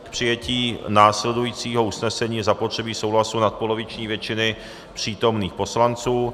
K přijetí následujícího usnesení je zapotřebí souhlasu nadpoloviční většiny přítomných poslanců.